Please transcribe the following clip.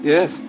Yes